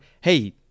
hey